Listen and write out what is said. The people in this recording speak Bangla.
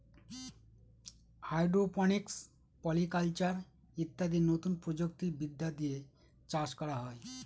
হাইড্রোপনিক্স, পলি কালচার ইত্যাদি নতুন প্রযুক্তি বিদ্যা দিয়ে চাষ করা হয়